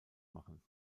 machen